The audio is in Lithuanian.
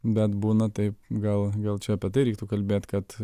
bet būna taip gal gal čia apie tai reiktų kalbėti kad